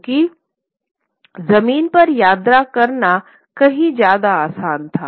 क्योंकि जमीन पर यात्रा करना कहीं ज्यादा आसान था